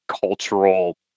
cultural